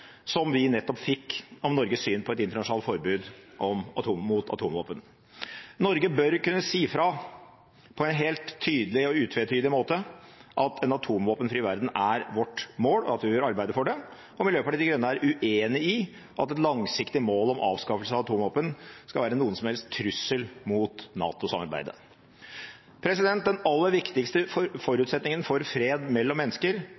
som vi nettopp fikk om Norges syn på et internasjonalt forbud mot atomvåpen. Norge bør kunne si ifra på en helt tydelig og utvetydig måte om at en atomvåpenfri verden er vårt mål, og at vi vil arbeide for det. Miljøpartiet De Grønne er uenig i at et langsiktig mål om avskaffelse av atomvåpen skal være noen som helst trussel mot NATO-samarbeidet. Den aller viktigste forutsetningen for fred mellom mennesker